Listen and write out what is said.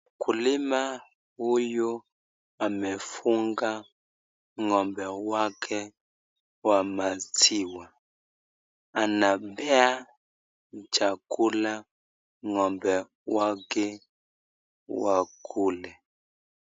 Mkulima huyu amefunga ng'ombe wake wa maziwa. Anabeba chakula ng'ombe wake wakule.